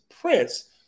Prince